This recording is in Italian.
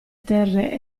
terre